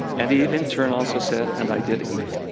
and eve in turn also said and i did eat.